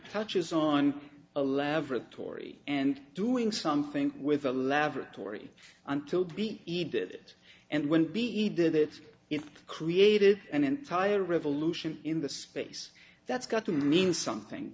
touches on a laboratory and doing something with a laboratory until be evaded and will be either that it created an entire revolution in the space that's got to mean something